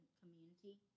community